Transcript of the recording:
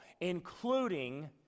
including